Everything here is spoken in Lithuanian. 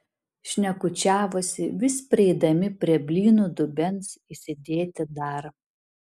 šnekučiavosi vis prieidami prie blynų dubens įsidėti dar